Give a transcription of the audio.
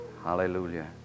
Hallelujah